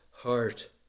heart